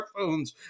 smartphones